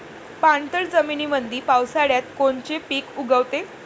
पाणथळ जमीनीमंदी पावसाळ्यात कोनचे पिक उगवते?